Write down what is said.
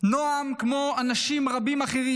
נועם, כמו אנשים רבים אחרים,